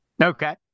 Okay